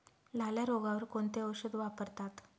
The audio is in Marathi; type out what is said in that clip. लाल्या रोगावर कोणते औषध वापरतात?